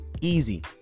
easy